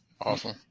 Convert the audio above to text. Awesome